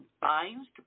binds